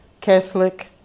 Catholic